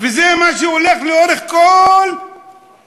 וזה מה שהולך לאורך כל ההתנהלות,